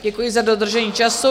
Děkuji za dodržení času.